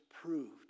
proved